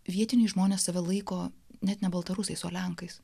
vietiniai žmonės save laiko net ne baltarusiais o lenkais